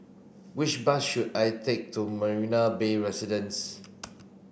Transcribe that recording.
which bus should I take to Marina Bay Residences